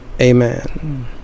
Amen